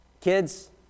kids